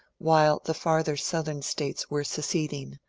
while the farther southern states were seceding,